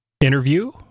interview